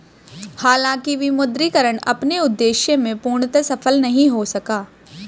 हालांकि विमुद्रीकरण अपने उद्देश्य में पूर्णतः सफल नहीं हो सका